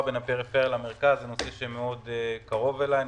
בין הפריפריה למרכז הוא נושא שקרוב מאוד אליי,